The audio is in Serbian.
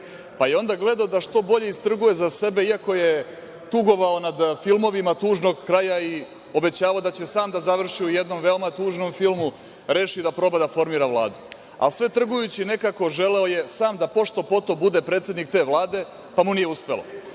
pa je onda gledao da što bolje istrguje za Srbe iako je tugovao nad filmovima tužnog kraja i obećavao da će sam da završi u jednom veoma tužnom filmu, reši da proba da formira Vladu, a sve trgujući nekako, želeo je sam da pošto poto bude predsednik te Vlade, pa mu nije